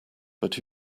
but